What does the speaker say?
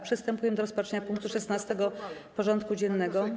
Przystępujemy do rozpatrzenia punktu 16. porządku dziennego.